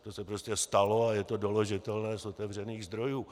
To se prostě stalo a je to doložitelné z otevřených zdrojů.